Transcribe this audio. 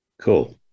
Cool